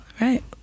Right